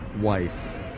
wife